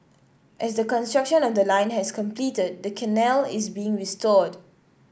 as the construction of the line has completed the canal is being restored